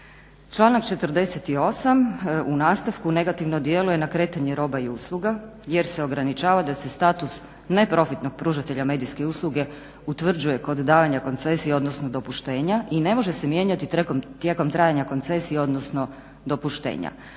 Članak 48. u nastavku negativno djeluje na kretanje roba i usluga jer se ograničava da se status neprofitnog pružatelja medijske usluge utvrđuje kod davanja koncesije, odnosno dopuštenja i ne može se mijenjati tijekom trajanja koncesije, odnosno dopuštenja.